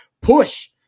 push